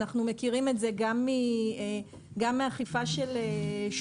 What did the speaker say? אנחנו מכירים את זה גם מאכיפה של שוטרים.